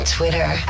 Twitter